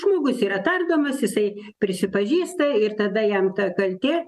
žmogus yra tardomas jisai prisipažįsta ir tada jam ta kaltė